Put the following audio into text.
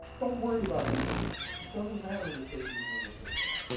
don't worry about anybody else. it doesn't matter what they're doing or what they're getting.